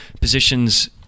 positions